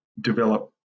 develop